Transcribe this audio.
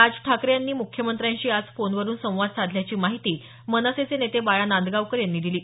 राज ठाकरे यांनी मुख्यमंत्र्यांशी आज फोनवरून संवाद साधल्याची माहिती मनसेचे नेते बाळा नांदगावकर यांनी दिली